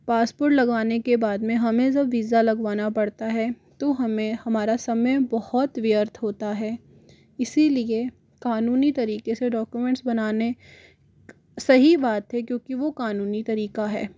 passport लगवाने के बाद में हमें जब वीज़ा लगवाना पड़ता है तो हमें हमारा समय बहुत व्यर्थ होता है इसीलिए क़ानूनी तरीके से डॉक्यूमेंट्स बनाने सही बात है क्योंकि वो क़ानूनी तरीका है